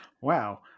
Wow